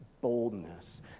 boldness